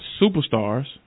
superstars